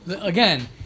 Again